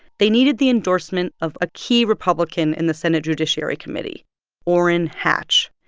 they needed the endorsement of a key republican in the senate judiciary committee orrin hatch.